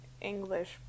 English